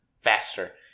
faster